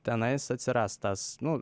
tenais atsiras tas nu